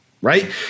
Right